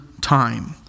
time